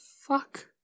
fuck